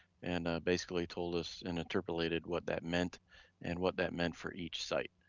and basically told us and interpolated what that meant and what that meant for each site.